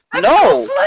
No